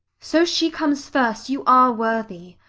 so she comes first, you are worthy.